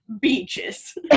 beaches